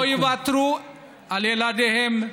לא יוותרו על ילדיהם,